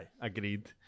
Agreed